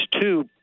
two